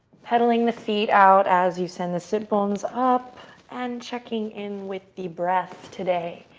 peddling the feet out as you send the sit bones up, and checking in with the breath today.